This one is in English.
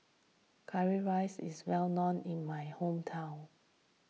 Currywurst is well known in my hometown